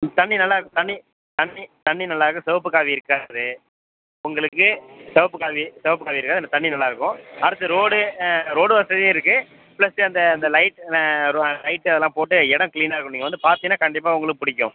தண்ணி நல்லா இருக் தண்ணி தண்ணி தண்ணி நல்லாயிருக்கும் சிவப்பு காவி இருக்காது உங்களுக்கு சிவப்பு காவி சிவப்பு காவி இருக்காது அந்த தண்ணி நல்லா இருக்கும் அடுத்து ரோடு ஆ ரோடு வசதியும் இருக்குது ப்ளஸ் அந்த லைட் அந்த ந ரோ ஆ லைட் அதெல்லாம் போட்டு இடம் க்ளீன்னாக இருக்கும் நீங்கள் வந்து பார்த்தீங்கன்னா கண்டிப்பாக உங்களுக்கு பிடிக்கும்